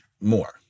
more